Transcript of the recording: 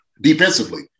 defensively